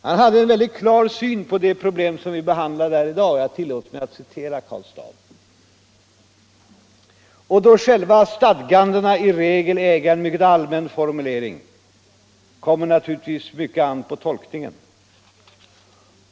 Han hade en väldigt klar syn på de problem som vi behandlar här i dag, och jag tillåter mig att citera Karl Staaff: ”Och då själva stadgandena i regel äga en mycket allmän formulering, kommer naturligtvis mycket an på tolkningen.